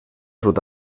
sud